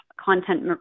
content